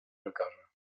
lekarza